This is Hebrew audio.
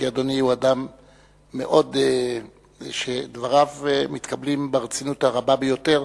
כי אדוני הוא אדם שדבריו מתקבלים ברצינות הרבה ביותר,